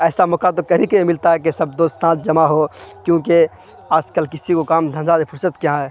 ایسا موقع تو کبھی کبھی ملتا ہے کہ سب دوست ساتھ جمع ہو کیونکہ آج کل کسی کو کام دھندا سے فرصت کہاں ہے